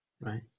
Right